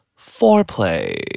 foreplay